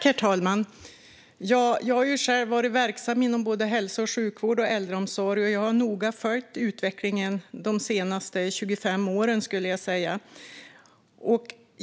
Herr talman! Jag har själv varit verksam inom både hälso och sjukvård och äldreomsorg, och jag har noga följt utvecklingen de senaste 25 åren.